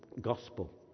gospel